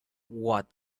what